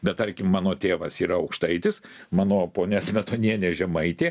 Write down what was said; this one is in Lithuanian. bet tarkim mano tėvas yra aukštaitis mano ponia smetonienė žemaitė